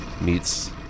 meets